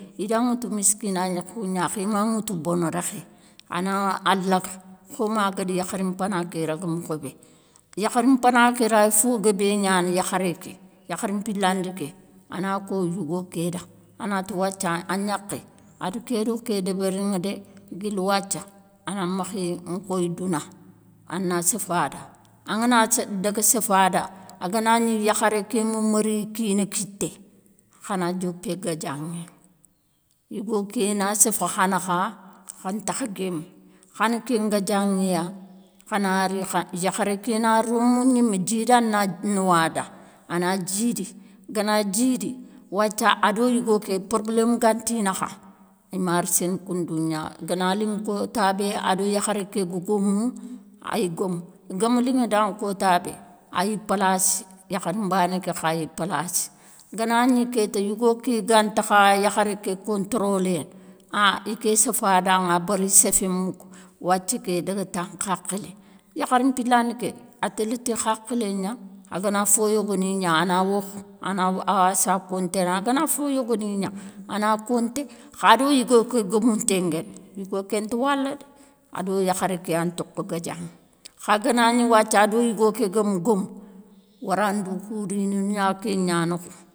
I dan ŋoutou miskinakhou nia khi man ŋoutou bono rékhé, a na an laga khome a guéde yakhari mpana ké rague mokho bé. Yakhari mpana ké raye fo guébé niane yakharé ké, yakhari mpilandi ké, a na ko yigo ké da, a na ti wathia an niaké a da ké do ké débéri ŋa dé, guili wathia an nan makhi nkoye douna. An na séfe a da. An ga na daga séfe a da, a ga na gni yakharé ké ma maré i kina kitté, xa na diopé gadianŋé. Yigo ké na séfe kha nakha, kha ntakha guéme, khane ké ngadianŋé ya. Kha na ri yakharé ké na rémou gnime djida na nowo a da, a na djidi. Ga na djidi, wathia ado yigo ké problème ga nti nakha, i marséne koundou nia. Ga na liŋe kota bé a do yakharé ga gomou, i gome, guéme liŋe danŋe kota bé, a yi palaci yakhari mbané ké kha yi palaci. Ga na gni kéta yigo ké ga ntakha yakharé ké controléne, an i ké séfe a danŋa a bare i séfé mouke, wathia ké daga tan khakilé. Yakhari mpilandé ké, a télé ti khakilé gna. A ga na fo yogo ni nia a na wokhe, a na wassé a conténe, a ga na fo yogo ni nia a na conté. Kha a do yigo ké guémounté nguéne, yigo ké nta wala dé, a do yakharé ké ya ntoko gadianŋa. Kha ga gni wathia a do yigo ké guéme gome, warandou kou rine nia ké nia nokho.